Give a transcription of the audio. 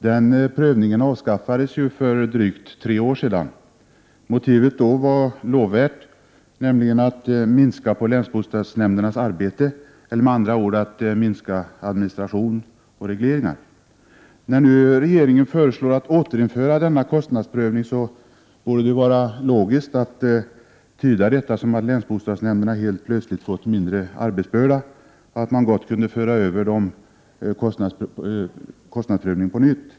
Den prövningen avskaffades för drygt tre år sedan, och motivet då var lovvärt, nämligen att minska länsbostadsnämndernas arbete dre; AR eller med andra ord minska administration och regleringar. f ST - pe 3 När nu regeringen föreslår återinförande av denna kostnadsprövning, för FE y88da egnahem borde det vara logiskt att tyda detta som att länsbostadsnämnderna helt plötsligt fått mindre arbetsbörda och att man gott kunde låta dem utföra kostnadsprövningen på nytt.